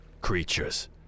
creatures